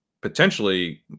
potentially